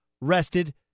rested